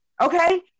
okay